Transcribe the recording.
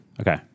Okay